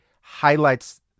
highlights